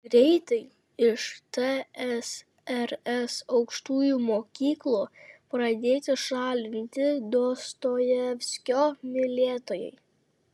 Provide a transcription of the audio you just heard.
greitai iš tsrs aukštųjų mokyklų pradėti šalinti dostojevskio mylėtojai